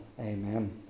Amen